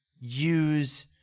use